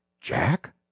Jack